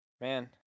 Man